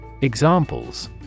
Examples